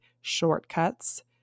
shortcuts